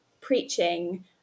preaching